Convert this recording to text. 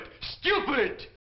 stupid